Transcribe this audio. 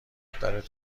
دخترت